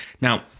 Now